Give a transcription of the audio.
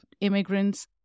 immigrants